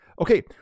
Okay